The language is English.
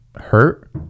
hurt